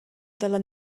dalla